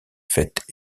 fêtes